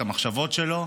את המחשבות שלו.